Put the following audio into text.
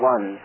One